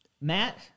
Matt